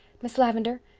miss lavendar,